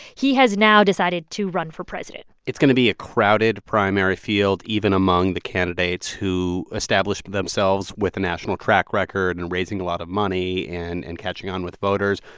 he has now decided to run for president it's going to be a crowded primary field, even among the candidates who established themselves with a national track record and raising a lot of money and and catching on with voters,